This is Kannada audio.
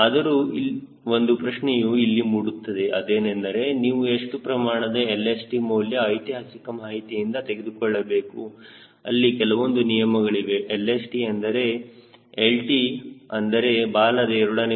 ಆದರೂ ಒಂದು ಪ್ರಶ್ನೆಯೂ ಇಲ್ಲಿ ಮೂಡುತ್ತದೆ ಏನೆಂದರೆ ಎಷ್ಟು ಪ್ರಮಾಣದ LHT ಮೌಲ್ಯ ಐತಿಹಾಸಿಕ ಮಾಹಿತಿಯಿಂದ ತೆಗೆದುಕೊಳ್ಳಬೇಕು ಅಲ್ಲಿ ಕೆಲವೊಂದು ನಿಯಮಗಳಿವೆ LHT ಎಂದರೆ lt ಅಂದರೆ ಬಾಲದ a